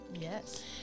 Yes